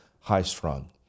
high-strung